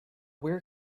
where